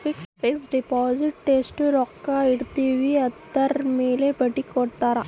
fix deposit ಎಸ್ಟ ರೊಕ್ಕ ಇಟ್ಟಿರ್ತಿವಿ ಅದುರ್ ಮೇಲೆ ಬಡ್ಡಿ ಕೊಡತಾರ